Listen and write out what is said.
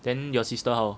then your sister